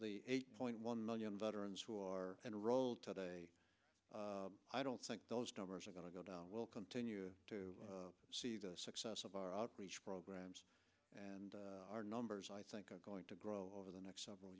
eight point one million veterans who are enrolled today i don't think those numbers are going to go down we'll continue to see the success of our outreach programs and our numbers i think are going to grow over the next several